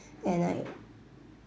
and I